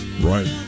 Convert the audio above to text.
right